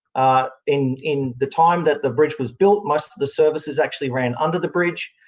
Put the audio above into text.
ah in in the time that the bridge was built, most of the services actually ran under the bridge.